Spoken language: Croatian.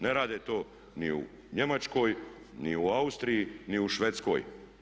Ne rade to ni u Njemačkoj, ni u Austriji ni u Švedskoj.